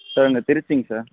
sir நான் திருச்சிங்க sir